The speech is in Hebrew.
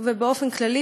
ובאופן כללי,